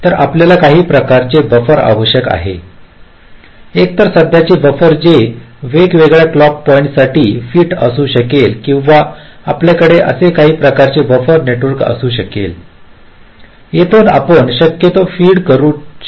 तर आपल्याला काही प्रकारचे बफर आवश्यक आहे एकतर सध्याचा बफर जो वेगवेगळ्या क्लॉक पॉइंट्ससाठी फिट असू शकेल किंवा आपल्याकडे असे काही प्रकारचे बफर नेटवर्क असू शकेल येथून आपण शक्यतो फीड करू शकता